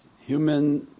human